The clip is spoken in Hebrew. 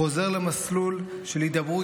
חוזר למסלול של הידברות,